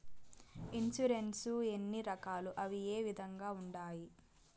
insurance ఎన్ని రకాలు అవి ఏ విధంగా ఉండాయి